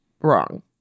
wrong